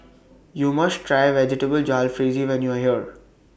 YOU must Try Vegetable Jalfrezi when YOU Are here